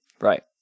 Right